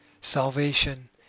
Salvation